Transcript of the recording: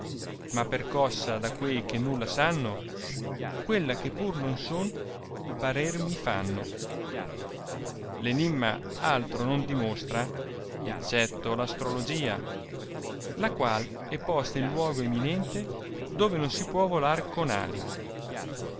ma percossa da quei che nulla sanno quella che pur non son parer mi fanno l enimma altro non dimostra eccetto l'astrologia la quale è posta in luogo eminente dove non si può volar con ali